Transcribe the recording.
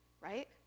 right